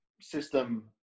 system